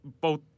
both-